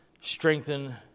strengthen